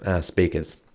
speakers